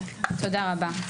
תודה רבה.